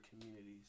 communities